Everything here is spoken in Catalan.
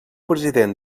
president